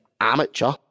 amateur